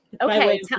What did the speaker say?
Okay